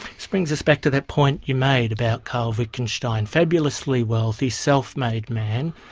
this brings us back to that point you made about karl wittgenstein, fabulously wealthy, self-made man.